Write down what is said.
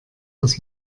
dass